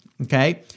Okay